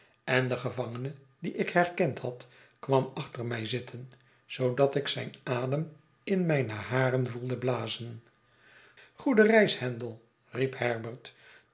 en de gevan'gene dien ik herkend had kwam achter mij te zitten zoodat ik zijn adem in mijne haren voelde blazen goede reis handell riep herbert